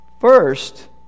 First